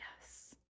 Yes